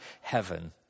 heaven